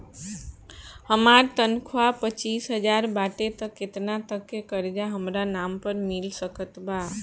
हमार तनख़ाह पच्चिस हज़ार बाटे त केतना तक के कर्जा हमरा नाम पर मिल सकत बा?